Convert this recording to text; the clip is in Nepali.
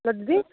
ल दिदी